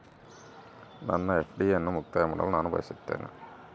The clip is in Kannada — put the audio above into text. ನನ್ನ ಎಫ್.ಡಿ ಅನ್ನು ಮುಕ್ತಾಯ ಮಾಡಲು ನಾನು ಬಯಸುತ್ತೇನೆ